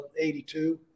82